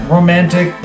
Romantic